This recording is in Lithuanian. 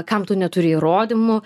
kam tu neturi įrodymų